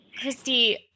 Christy